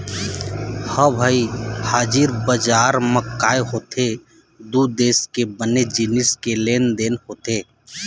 ह भई हाजिर बजार म काय होथे दू देश के बने जिनिस के लेन देन होथे